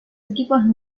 equipos